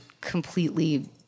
completely